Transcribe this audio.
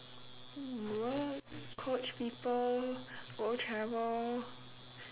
mm what coach people go travel